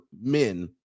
men